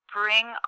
bring